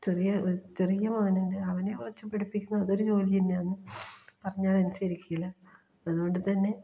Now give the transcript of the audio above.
ചെറിയത് ചെറിയ മകനുണ്ട് അവനെ വച്ച് പഠിപ്പിക്കുന്നത് അതൊരു ജോലി തന്നെയാന്ന് പറഞ്ഞാൽ അനുസരിക്കില്ല അതുകൊണ്ട് തന്നെ